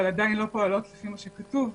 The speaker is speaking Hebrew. אבל עדיין לא פועלות לפי מה שכתוב.